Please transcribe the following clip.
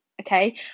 okay